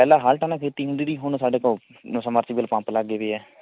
ਪਹਿਲਾਂ ਹਲਟਾਂ ਨਾਲ ਖੇਤੀ ਹੁੰਦੀ ਸੀ ਹੁਣ ਸਾਡੇ ਕੋਲ ਸਮਰਸੀਪਲ ਪੰਪ ਲੱਗ ਗਏ ਵੇ ਹੈ